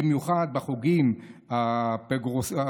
במיוחד בחוגים הפרוגרסיביים,